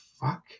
fuck